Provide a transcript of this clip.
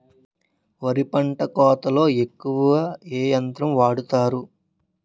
వరి పంట కోతలొ ఎక్కువ ఏ యంత్రం వాడతారు?